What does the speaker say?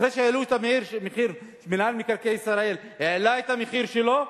אחרי שמינהל מקרקעי ישראל העלה את המחיר שלו,